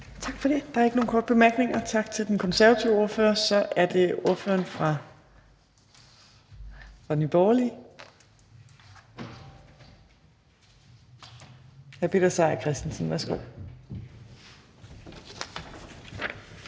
Tak for det. Der er ikke nogen korte bemærkninger. Tak til den konservative ordfører. Så er det ordføreren for Nye Borgerlige. Hr. Peter Seier Christensen, værsgo.